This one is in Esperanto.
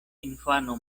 infano